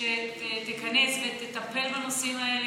שתיכנס ותטפל בנושאים האלה.